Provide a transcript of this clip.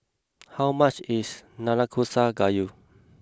how much is Nanakusa Gayu